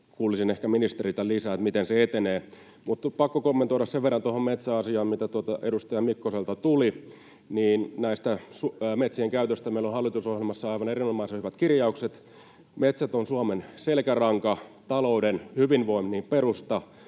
kuulisin ehkä ministeriltä lisää, miten se etenee. Mutta on pakko kommentoida sen verran tuohon metsäasiaan, mitä edustaja Mikkoselta tuli, näistä metsien käytöstä: Meillä on hallitusohjelmassa aivan erinomaisen hyvät kirjaukset. Metsät ovat Suomen selkäranka, talouden hyvinvoinnin perusta,